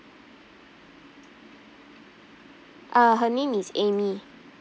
uh her name is amy